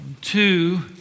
Two